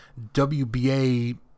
WBA